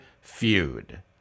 feud